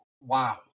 Wow